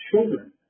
children